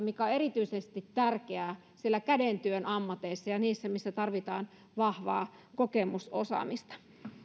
mikä on erityisesti tärkeää siellä kädentyön ammateissa ja niissä missä tarvitaan vahvaa kokemusosaamista